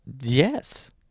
yes